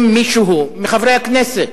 אם מישהו מחברי הכנסת,